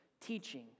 teaching